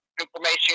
information